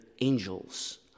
angels